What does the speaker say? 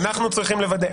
אנחנו צרכים לוודא.